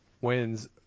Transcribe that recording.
wins